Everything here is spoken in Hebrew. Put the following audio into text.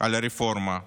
על הרפורמה.